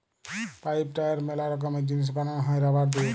pipe, tyre ম্যালা রকমের জিনিস বানানো হ্যয় রাবার দিয়ে